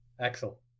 Axel